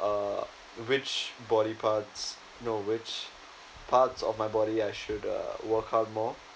uh which body parts no which parts of my body I should uh work out more